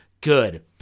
good